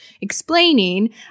explaining